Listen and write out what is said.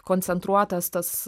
koncentruotas tas